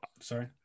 Sorry